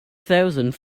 thousand